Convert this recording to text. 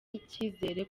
icyizere